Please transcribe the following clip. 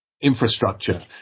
infrastructure